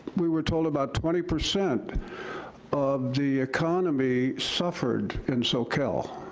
we were told about twenty percent of the economy suffered in soquel